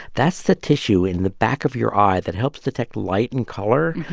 that's the tissue in the back of your eye that helps detect light and color.